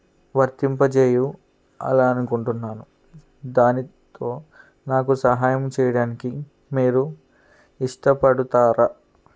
వర్తింపజేయాలి అనుకుంటున్నాను దానితో నాకు సహాయం చేయడానికి మీరు ఇష్టపడతారా